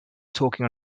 talking